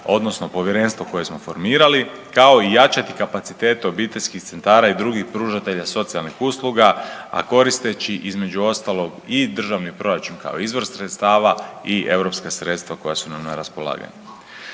odnosno povjerenstvo koje smo formirali, kao i jačati kapacitete obiteljskih centara i drugih pružatelja socijalnih usluga, a koristeći, između ostalog i državni proračun kao izvor sredstava i EU sredstva koja su nam na raspolaganju.